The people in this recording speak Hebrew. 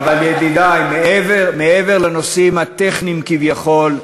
אבל, ידידי, מעבר לנושאים הטכניים כביכול,